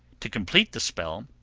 to complete the spell,